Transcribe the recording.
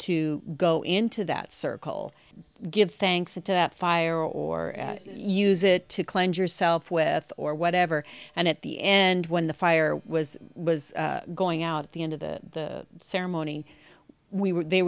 to go into that circle give thanks to that fire or use it to cleanse yourself with or whatever and at the end when the fire was was going out at the end of the ceremony we were the